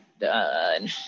done